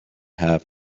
have